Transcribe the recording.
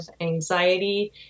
anxiety